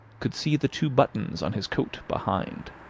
could see the two buttons on his coat behind.